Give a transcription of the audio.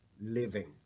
living